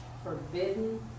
Forbidden